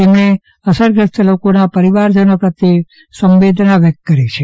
તેમણે અસરગ્રસ્ત લોકોના પરીવારજનો પ્રત્યે સંવેદના વ્યકત કરી છે